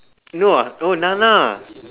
no ah oh nana